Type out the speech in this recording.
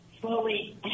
slowly